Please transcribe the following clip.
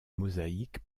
mosaïque